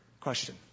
Question